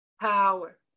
power